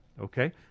okay